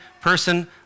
person